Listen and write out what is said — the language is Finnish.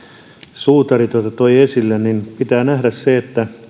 suutari toi esille pitää nähdä se että